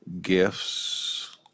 gifts